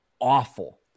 awful